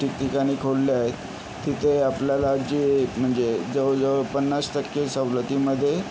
ठिकठिकाणी खोलले आहेत तिथे आपल्याला जे म्हणजे जवळजवळ पन्नास टक्के सवलतीमध्ये